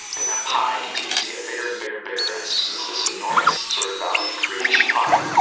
and that pie continues to get bigger and bigger and bigger and it's just this this enormous sort of value creation pie.